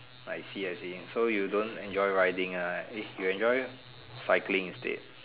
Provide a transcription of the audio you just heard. I see I see so you don't enjoy riding lah eh you enjoy cycling instead